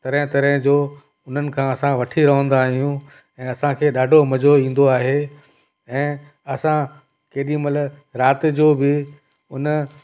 तरह तरह जो उन्हनि खां असां वठी रहंदा आहियूं ऐं असांखे ॾाढो मज़ो ईंदो आहे ऐं असां केॾीमहिल राति जो बि उन